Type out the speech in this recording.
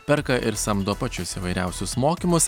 perka ir samdo pačius įvairiausius mokymus